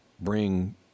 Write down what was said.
bring